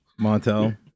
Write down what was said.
Montel